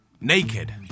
naked